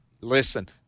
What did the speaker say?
listen